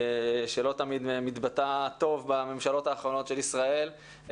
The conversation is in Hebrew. שלא תמיד מתבטאת טוב בממשלות האחרונות של ישראל,